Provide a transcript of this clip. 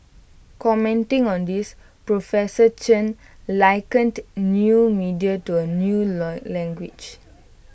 commenting on this professor Chen likened new media to A new learn language